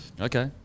Okay